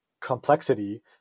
complexity